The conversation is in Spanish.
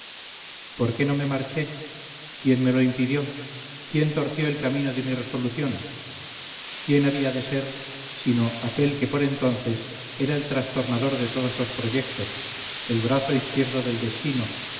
por qué no me marché quién me lo impidió quién torció el camino de mi resolución quién había de ser sino aquel que por entonces era el trastornador de todos los proyectos el brazo izquierdo del destino